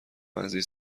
عزیز